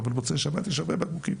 אבל מוצאי שבת יש הרבה בקבוקים.